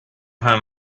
her